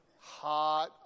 Hot